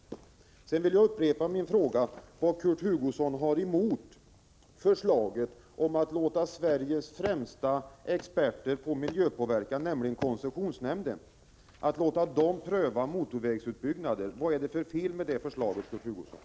Sedan vill jag upprepa min fråga: Vad har Kurt Hugosson emot förslaget att låta Sveriges främsta experter på miljöfrågor, nämligen koncessionsnämnden, pröva motorvägsutbyggnaden? Vad är det för fel med det förslaget, Kurt Hugosson?